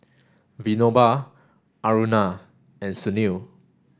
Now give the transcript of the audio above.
Vinoba Aruna and Sunil